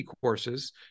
courses